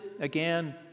again